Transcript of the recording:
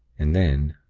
and then,